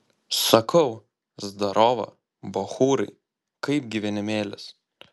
sakau zdarova bachūrai kaip gyvenimėlis